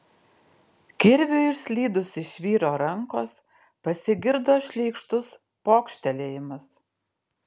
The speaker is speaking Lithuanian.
kirviui išslydus iš vyro rankos pasigirdo šleikštus pokštelėjimas